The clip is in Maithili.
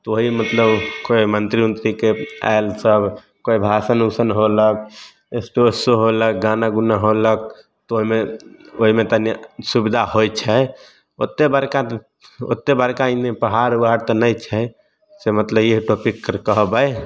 तऽ ओहि मतलब कोइ मंत्री उन्त्रीके आयल सब कोइ भाषण उसन होलक स्टेज शो होलक गाना गुना होलक तऽ ओहिमे ओहिमे तनी सुविधा होइ छै ओतेक बड़का ओतेक बड़का एन्ने पहाड़ उहाड़ तऽ नहि छै से मतलब ई जे टॉपिक कर कहबै